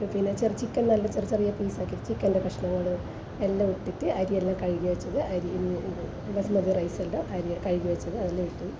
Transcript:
പിന്നെ ചെറു ചിക്കൻ എല്ലാം ചെറിയ ചെറിയ പീസാക്കിയിട്ട് ചിക്കൻ്റെ കഷ്ണങ്ങൾ എല്ലാം ഇട്ടിട്ട് അരിയെല്ലാം കഴുകി വെച്ചത് അരി ബസുമതി റൈസുണ്ട് അരി കഴുകി വെച്ചത് അതെല്ലാം ഇട്ട്